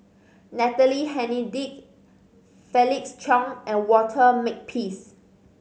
Natalie Hennedige Felix Cheong and Walter Makepeace